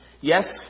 yes